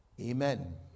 Amen